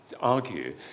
argue